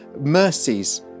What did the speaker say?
mercies